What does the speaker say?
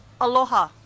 aloha